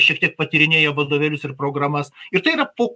šiek tiek patyrinėję vadovėlius ir programas ir tai yra po